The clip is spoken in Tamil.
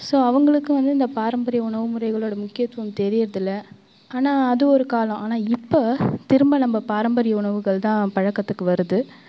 ஸோ அவங்களுக்கு வந்து இந்த பாரம்பரிய உணவு முறைகளோடு முக்கியத்துவம் தெரியறதில்லை ஆனா அது ஒரு காலோம் ஆனால் இப்போ திரும்ப நம்ம பாரம்பரிய உணவுகள் தான் பழக்கத்துக்கு வருது